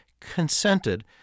consented